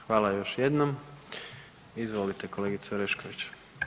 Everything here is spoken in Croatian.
Hvala još jednom, izvolite kolegice Orešković.